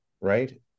right